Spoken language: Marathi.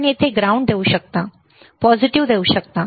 आपण येथे ग्राउंड देऊ शकता सकारात्मक देऊ शकता